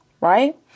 Right